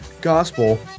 Gospel